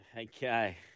Okay